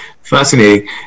Fascinating